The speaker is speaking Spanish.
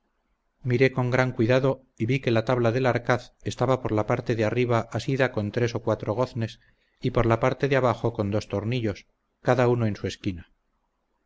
miré con gran cuidado y vi que la tabla del arcaz estaba por la parte de arriba asida con tres o cuatro goznes y por la parte de abajo con dos tornillos cada uno en su esquina